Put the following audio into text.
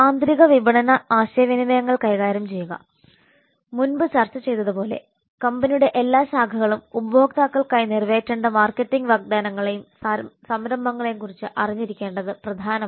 ആന്തരിക വിപണന ആശയവിനിമയങ്ങൾ കൈകാര്യം ചെയ്യുക മുമ്പ് ചർച്ച ചെയ്തതുപോലെ കമ്പനിയുടെ എല്ലാ ശാഖകളും ഉപഭോക്താക്കൾക്കായി നിറവേറ്റേണ്ട മാർക്കറ്റിംഗ് വാഗ്ദാനങ്ങളെയും സംരംഭങ്ങളെയും കുറിച്ച് അറിഞ്ഞിരിക്കേണ്ടത് പ്രധാനമാണ്